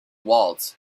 waltz